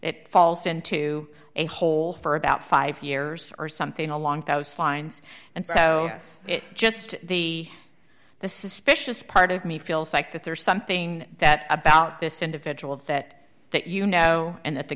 it falls into a hole for about five years or something along those lines and so it's just the the suspicious part of me feels like that there's something that about this individual that that you know and that the